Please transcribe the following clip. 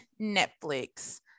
netflix